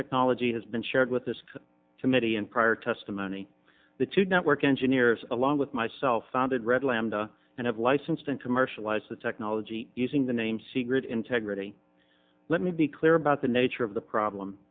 technology has been shared with this committee in prior testimony the two network engineers along with myself founded red lambda and have licensed and commercialize the technology using the name c grid integrity let me be clear about the nature of the problem